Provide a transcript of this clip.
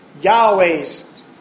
Yahweh's